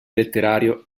letterario